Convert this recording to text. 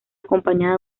acompañada